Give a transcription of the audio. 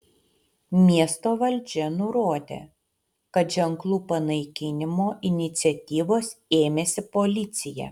miesto valdžia nurodė kad ženklų panaikinimo iniciatyvos ėmėsi policija